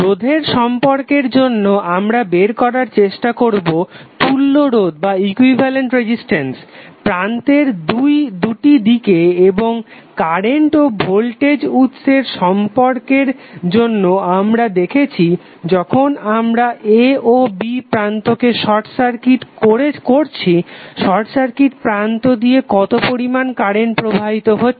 রোধের সম্পর্কের জন্য আমরা বের করার চেষ্টা করবো তুল্য রোধ প্রান্তের দুটি দিকে এবং কারেন্ট ও ভোল্টেজ উৎসের সম্পর্কের জন্য আমরা দেখেছি যখন আমরা a ও b প্রান্তকে শর্ট সার্কিট করছি শর্ট সার্কিট প্রান্ত দিয়ে কতো পরিমান কারেন্ট প্রবাহিত হচ্ছে